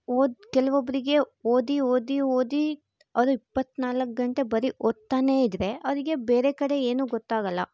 ಓದಿ ಕೆಲವೊಬ್ಬರಿಗೆ ಓದಿ ಓದಿ ಓದಿ ಅದು ಇಪ್ಪತ್ನಾಲ್ಕು ಗಂಟೆ ಬರಿ ಓದ್ತಾನೇ ಇದ್ದರೆ ಅವರಿಗೆ ಬೇರೆ ಕಡೆ ಏನೂ ಗೊತ್ತಾಗಲ್ಲ